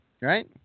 Right